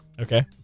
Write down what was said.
Okay